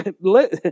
Let